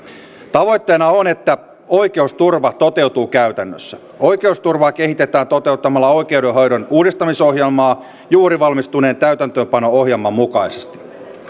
tavoitteena on että oikeusturva toteutuu käytännössä oikeusturvaa kehitetään toteuttamalla oikeudenhoidon uudistamisohjelmaa juuri valmistuneen täytäntöönpano ohjelman mukaisesti